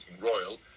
royal